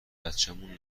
بچمون